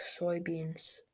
soybeans